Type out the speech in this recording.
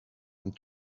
and